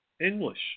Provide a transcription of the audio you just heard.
English